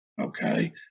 Okay